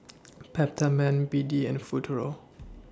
Peptamen B D and Futuro